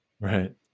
Right